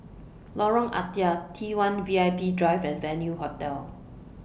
Lorong Ah Thia T one V I P Drive and Venue Hotel